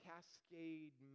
Cascade